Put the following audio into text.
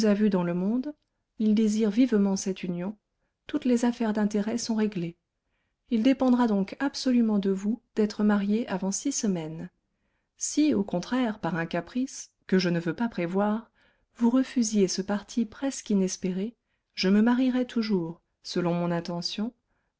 vue dans le monde il désire vivement cette union toutes les affaires d'intérêt sont réglées il dépendra donc absolument de vous d'être mariée avant six semaines si au contraire par un caprice que je ne veux pas prévoir vous refusiez ce parti presque inespéré je me marierais toujours selon mon intention